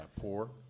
poor